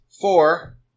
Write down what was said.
Four